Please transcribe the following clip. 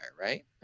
right